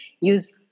use